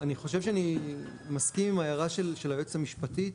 אני חושב שאני מסכים עם ההערה של היועצת המשפטית.